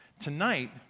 tonight